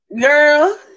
Girl